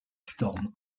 storm